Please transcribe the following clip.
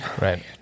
Right